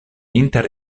inter